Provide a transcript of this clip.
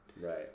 right